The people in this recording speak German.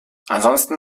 ansonsten